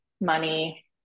money